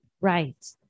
Right